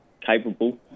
capable